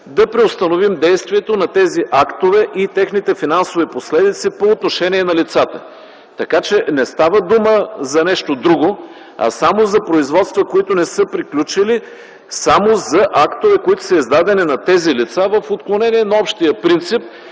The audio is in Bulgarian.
да преустановим действието на тези актове и техните финансови последици по отношение на лицата. Така че не става дума за нещо друго, а само за производства, които не са приключили, само за актове, които са издадени на тези лица в отклонение на общия принцип,